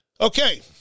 Okay